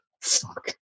Fuck